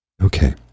Okay